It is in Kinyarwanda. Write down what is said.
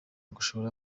gushora